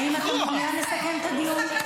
האם אתה מעוניין לסכם את הדיון?